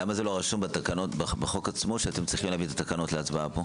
למה לא רשום בחוק עצמו שאתם צריכים להביא את התקנות להצבעה פה?